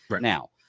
now